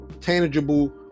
tangible